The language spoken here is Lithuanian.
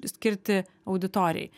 skirti auditorijai